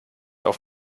auf